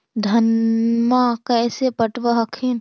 धन्मा कैसे पटब हखिन?